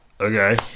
Okay